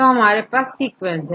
तो हमारे पास सीक्वेंस है